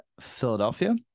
Philadelphia